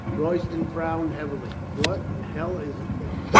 royston frowned heavily. what in hell is it then?